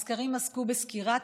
הסקרים עסקו בסקירה,